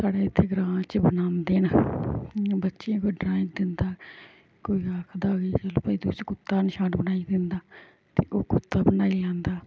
साढ़ै इत्थे ग्रांऽ च बनांदे न इ'यां बच्चे कोई ड्राईंग दिंदा कोई आखदा बी चलो भाई तुस कुत्ता नी शैल बनाई दिंदा ते ओह् कुत्ता बनाई आंह्नदा